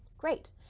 great.